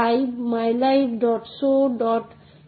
hardware দ্বারা উপলব্ধ তৃতীয় প্রক্রিয়া প্রাপ্যতা নিশ্চিত করে